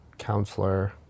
counselor